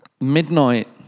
midnight